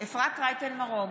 אפרת רייטן מרום,